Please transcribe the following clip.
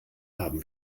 haben